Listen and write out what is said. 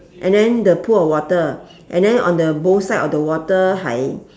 and then the pool of water and then on the both side of the water hai